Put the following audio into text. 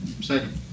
second